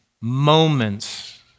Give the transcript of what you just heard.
moments